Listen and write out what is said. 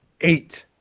Eight